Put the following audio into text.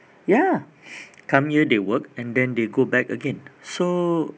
ya come here they work and then they go back again so